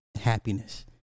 happiness